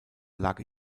lag